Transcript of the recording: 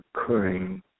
occurring